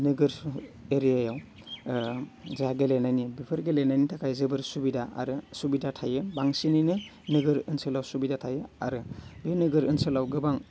नोगोर एरियायाव ओह जाहा गेलेनायनि बिफोर गेलेनायनि थाखाय जोबोर सुबिदा आरो सुबिदा थायो बांसिनैनो नोगोर ओनसोलाव सिबादा थायो आरो बे नोगोर ओसोलाव गोबां